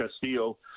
Castillo